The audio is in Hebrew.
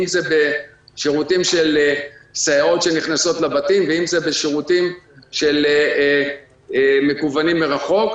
אם זה בשירותים של סייעות שנכנסות לבתים ואם זה בשירותים מקוונים מרחוק,